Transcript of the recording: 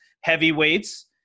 heavyweights